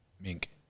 Mink